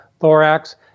thorax